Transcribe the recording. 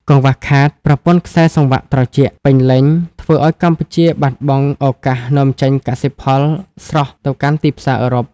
កង្វះខាត "ប្រព័ន្ធខ្សែសង្វាក់ត្រជាក់" ពេញលេញ ធ្វើឱ្យកម្ពុជាបាត់បង់ឱកាសនាំចេញកសិផលស្រស់ទៅកាន់ទីផ្សារអឺរ៉ុប។